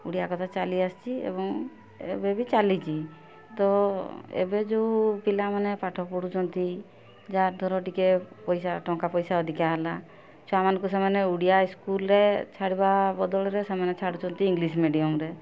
ଓଡ଼ିଆ କଥା ଚାଲିଆସିଛି ଏବଂ ଏବେବି ଚାଲିଛି ତ ଏବେ ଯେଉଁ ପିଲାମାନେ ପାଠ ପଢ଼ୁଛନ୍ତି ଯାହାଦ୍ଵାରା ଟିକିଏ ପଇସା ଟଙ୍କାପଇସା ଅଧିକା ହେଲା ଛୁଆମାନଙ୍କୁ ସେମାନେ ଓଡ଼ିଆ ସ୍କୁଲରେ ଛାଡ଼ିବା ବଦଳରେ ସେମାନେ ଛାଡ଼ୁଛନ୍ତି ଇଂଲିଶ୍ ମିଡ଼ିୟମ୍ରେ